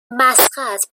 مسقط